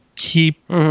Keep